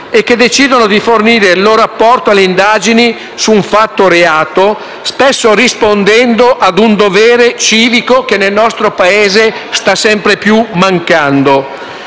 e decidono di fornire il loro apporto alle indagini su un fatto reato, spesso rispondendo ad un dovere civico che nel nostro Paese sta sempre più venendo